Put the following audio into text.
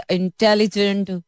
intelligent